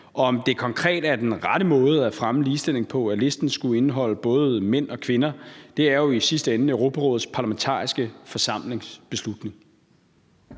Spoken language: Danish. Om det konkret er den rette måde at fremme ligestilling på, at listen skulle indeholde både mænd og kvinder, er jo i sidste ende Europarådets Parlamentariske Forsamlings beslutning.